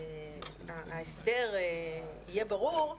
ההסדר יהיה ברור,